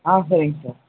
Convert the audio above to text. ஆ சரிங்க சார்